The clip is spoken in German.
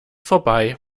vorbei